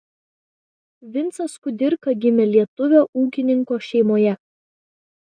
vincas kudirka gimė lietuvio ūkininko šeimoje